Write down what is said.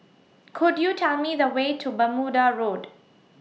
Could YOU Tell Me The Way to Bermuda Road